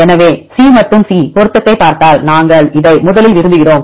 எனவே C மற்றும் C பொருத்தத்தைப் பார்த்தால் நாங்கள் இதை முதலில் விரும்புகிறோம்